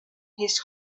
his